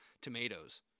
tomatoes